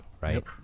right